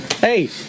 hey